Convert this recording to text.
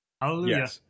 Hallelujah